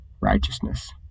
righteousness